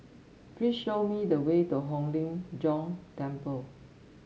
please show me the way to Hong Lim Jiong Temple